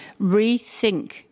rethink